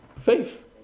Faith